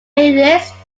list